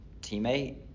teammate